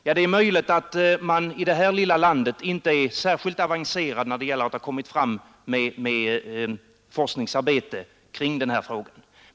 Ja, det är möjligt att man i det här lilla landet inte är särskilt avancerad när det gäller att ha kommit fram med forskningsarbete kring den här frågan.